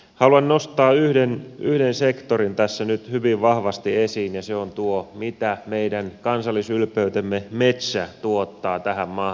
haluan nostaa yhden sektorin tässä nyt hyvin vahvasti esiin ja se on tuo mitä meidän kansallisylpeytemme metsä tuottaa tähän maahan